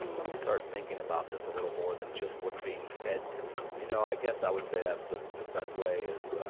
let me start thinking about this a little more than just what's being fed to me. you know, i guess i would say that's the the best way, is, ah,